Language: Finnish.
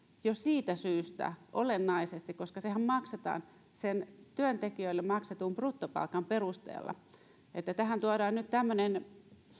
jo siitä syystä olennaisesti koska sehän maksetaan työntekijöille maksetun bruttopalkan perusteella tähän tuodaan nyt tämmöinen